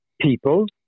people